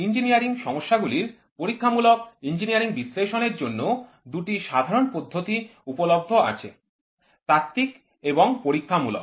engineering সমস্যাগুলির পরীক্ষামূলক engineering বিশ্লেষণের জন্য দুটি সাধারণ পদ্ধতি উপলব্ধ আছে তাত্ত্বিক এবং পরীক্ষামূলক